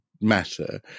matter